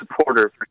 supporter